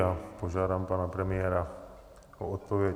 Já požádám pana premiéra o odpověď.